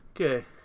Okay